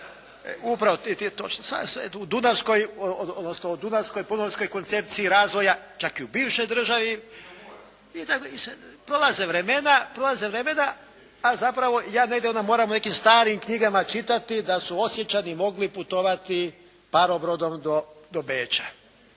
o Dunavskoj pomorskoj koncepciji razvoja čak i u bivšoj državi i tako prolaze vremena, prolaze vremena, a ja zapravo onda moram u nekim starim knjigama čitati da su Osječani mogli putovati parobrodom do Beča.